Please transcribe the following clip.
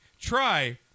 try